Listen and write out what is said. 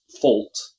fault